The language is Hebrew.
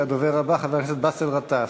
הדובר הבא, חבר הכנסת באסל גטאס,